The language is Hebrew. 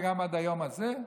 וגם עד היום הזה?